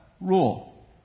Rule